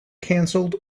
canceled